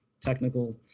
technical